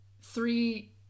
three